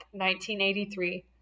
1983